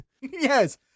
Yes